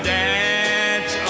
dance